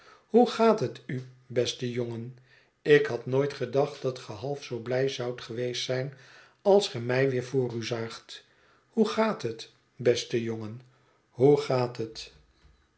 hoe gaat het u beste jongen ik had nooit gedacht dat ge half zoo blij zoudt geweest zijn als ge mij weer voor u zaagt hoe gaat het beste jongen hoe gaat het